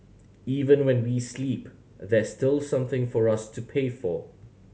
even when we sleep there's still something for us to pay for